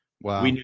Wow